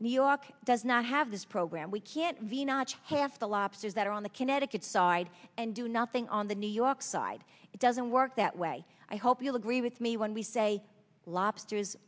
new york does not have this program we can't venus half the lobsters that are on the connecticut side and do nothing on the new york side it doesn't work that way i hope you'll agree with me when we say lobsters